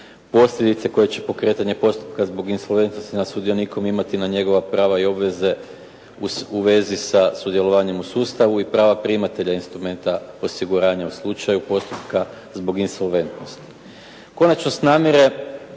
Posljedice koje će pokretanje postupka zbog insolventnosti nad sudionikom imati na njegova prava i obveze u vezi sa sudjelovanjem u sustavu i prava primatelja instrumenta osiguranja u slučaju postupka zbog insolventnosti. Konačnost namire